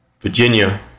Virginia